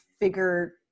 figure